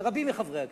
לרבים מחברי הכנסת.